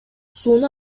сууну